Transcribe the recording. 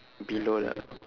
below lah